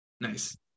nice